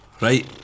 right